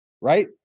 right